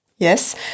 Yes